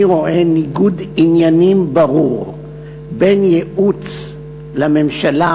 אני רואה ניגוד עניינים ברור בין ייעוץ לממשלה,